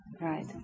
right